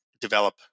develop